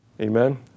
Amen